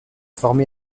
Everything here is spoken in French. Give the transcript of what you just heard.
formé